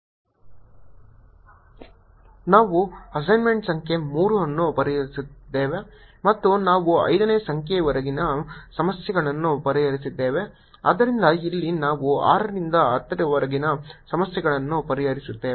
ನಾವು ಅಸೈನ್ಮೆಂಟ್ ಸಂಖ್ಯೆ 3 ಅನ್ನು ಪರಿಹರಿಸುತ್ತಿದ್ದೇವೆ ಮತ್ತು ನಾವು 5 ನೇ ಸಂಖ್ಯೆಯವರೆಗಿನ ಸಮಸ್ಯೆಗಳನ್ನು ಪರಿಹರಿಸಿದ್ದೇವೆ ಆದ್ದರಿಂದ ಇಲ್ಲಿ ನಾವು 6 ರಿಂದ 10 ರವರೆಗಿನ ಸಮಸ್ಯೆಗಳನ್ನು ಪರಿಹರಿಸುತ್ತೇವೆ